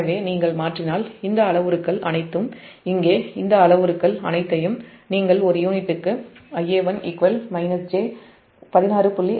எனவே நீங்கள் மாற்றினால் இந்த அளவுருக்கள் அனைத்தும் இங்கே நீங்கள் ஒரு யூனிட்டுக்கு Ia1 j 16